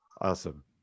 Awesome